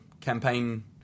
campaign